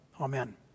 Amen